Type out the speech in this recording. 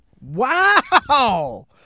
Wow